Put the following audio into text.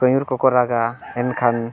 ᱠᱟᱸᱭᱩᱨ ᱠᱚᱠᱚ ᱨᱟᱜᱟ ᱮᱱᱠᱷᱟᱱ